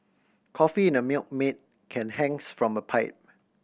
coffee in a Milkmaid can hangs from a pipe